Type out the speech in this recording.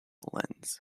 lens